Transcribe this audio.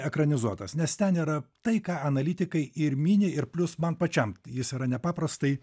ekranizuotas nes ten yra tai ką analitikai ir mini ir plius man pačiam jis yra nepaprastai